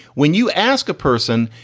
when you ask a person,